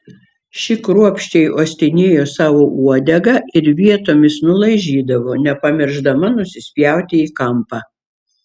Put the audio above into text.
ši kruopščiai uostinėjo savo uodegą ir vietomis nulaižydavo nepamiršdama nusispjauti į kampą